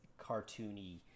cartoony